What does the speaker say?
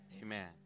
amen